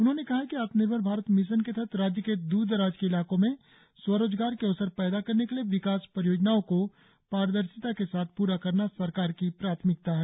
उन्होंने कहा है कि आत्मनिर्भर भारत मिशन के तहत राज्य के द्र दराज के इलाकों में स्वरोजगार के अवसर पैदा करने के लिए विकास परियोजनाओं को पारदर्शिता के साथ पूरा करना सरकार की प्राथमिकता है